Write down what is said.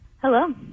Hello